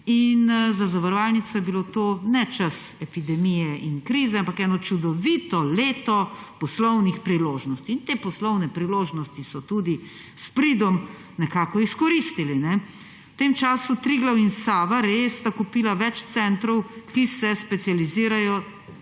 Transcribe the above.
za zavarovalnice to ni bil čas epidemije in krize, ampak eno čudovito leto poslovnih priložnosti. In te poslovne priložnosti so tudi s pridom nekako izkoristili. V tem času sta Triglav in Sava Re kupila več centrov, le-ti se specializirajo